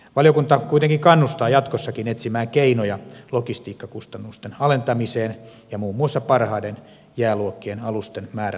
valiokunta kuitenkin kannustaa jatkossakin etsimään keinoja logistiikkakustannusten alentamiseen ja muun muassa parhaiden jääluokkien alusten määrän lisäämiseen